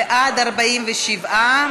בעד, 47,